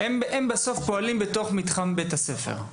הם בסוף פועלים בתוך מתחם בית הספר.